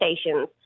stations